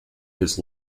his